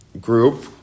group